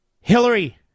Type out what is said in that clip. Hillary